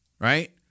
Right